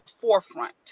forefront